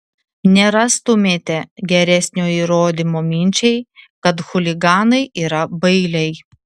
nerastumėte geresnio įrodymo minčiai kad chuliganai yra bailiai